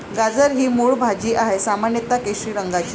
गाजर ही मूळ भाजी आहे, सामान्यत केशरी रंगाची